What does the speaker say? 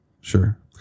Sure